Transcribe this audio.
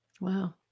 Wow